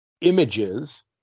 images